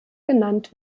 genannt